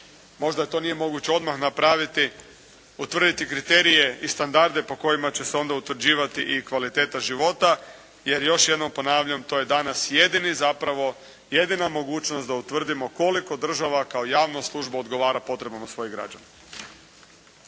možda to nije moguće odmah napraviti, utvrditi kriterije i standarde po kojima će se onda utvrđivati i kvaliteta života jer, još jednom ponavljam, to je danas jedini, zapravo jedina mogućnost da utvrdimo koliko država kao javna služba odgovara potrebama svojih građana.